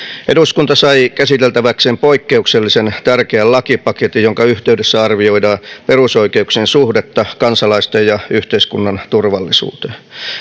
eduskunta sai käsiteltäväkseen poikkeuksellisen tärkeän lakipaketin jonka yhteydessä arvioidaan perusoikeuksien suhdetta kansalaisten ja yhteiskunnan turvallisuuteen